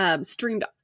streamed